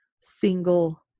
single